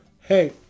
hey